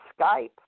Skype